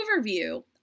overview